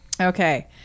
Okay